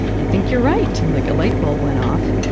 i think you're right! and like a lightbulb went off.